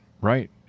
Right